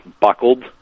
buckled